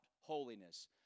holiness